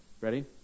Ready